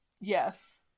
Yes